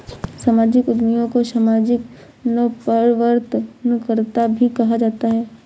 सामाजिक उद्यमियों को सामाजिक नवप्रवर्तनकर्त्ता भी कहा जाता है